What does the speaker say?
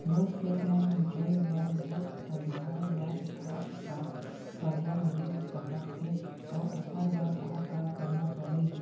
मोर खेत म सिंचाई बर बोर खोदवाये बर का का करजा मिलिस सकत हे अऊ ओखर बर का का करना परही?